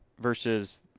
Versus